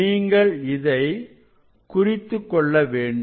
நீங்கள் இதை குறித்துக்கொள்ள வேண்டும்